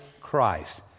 Christ